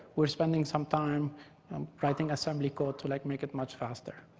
we're spending some time um writing assembly code to like make it much faster.